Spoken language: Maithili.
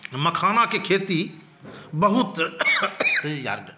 मखानाके खेती बहुत